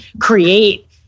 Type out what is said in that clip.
create